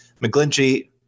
McGlinchey